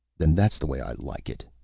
and that's the way i like it,